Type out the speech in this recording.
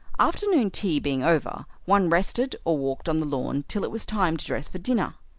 afternoon tea being over, one rested or walked on the lawn till it was time to dress for dinner.